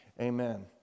Amen